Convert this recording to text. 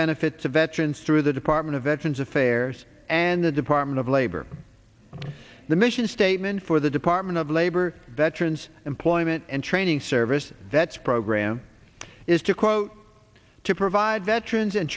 benefits of veterans through the department of veterans affairs and the department of labor the mission statement for the department of labor veterans employment and training service that's program is to quote to provide veterans and